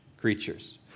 creatures